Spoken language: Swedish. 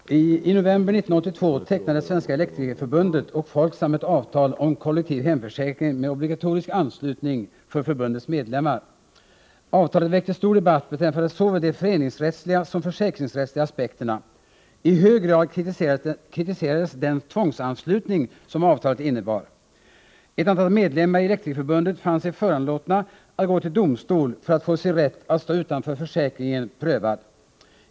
Herr talman! I november 1982 tecknade Svenska elektrikerförbundet och Folksam ett avtal om kollektiv hemförsäkring med obligatorisk anslutning för förbundets medlemmar. Avtalet väckte stor debatt beträffande såväl de föreningsrättsliga som de försäkringsrättsliga aspekterna. I hög grad kritiserades den tvångsanslutning som avtalet innebar. Ett antal medlemmar i Elektrikerförbundet fann sig föranlåtna att gå till domstol för att få sin rätt att stå utanför försäkringen prövad.